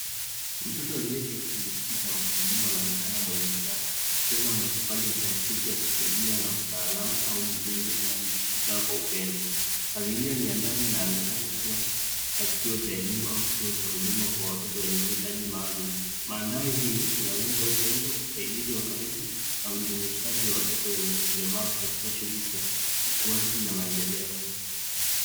Mtoto aliyeketi kwenye kiti cha magurudumu anaonekana mwenye furaha akicheza na matofali ya plastiki akisaidiwa na mtaalamu au mlezi anayemshika kwa upendo. Mazingira ni ya ndani na yaonekana kuwa ya kituo cha elimu au kituo cha huduma kwa watoto wenye mahitaji maalum. Mandhari hii inaonyesha upendo, usaidizi wa karibu na ujumuishaji wa watoto wenye ulemavu katika shuguli za ukuaji na maendeleo.